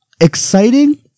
exciting